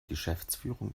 geschäftsführung